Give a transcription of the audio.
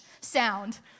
sound